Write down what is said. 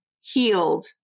healed